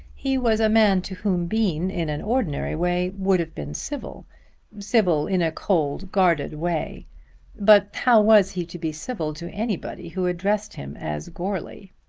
he was a man to whom bean in an ordinary way would have been civil civil in a cold guarded way but how was he to be civil to anybody who addressed him as goarly?